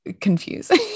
confusing